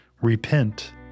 Repent